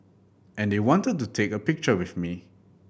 and they wanted to take a picture with me